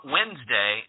Wednesday